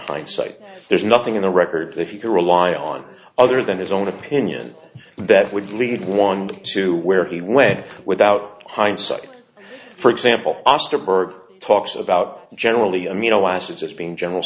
hindsight there's nothing in the record if you can rely on other than his own opinion that would lead one to where he went without hindsight for example osterberg talks about generally amino acids as being general